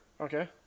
Okay